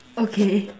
okay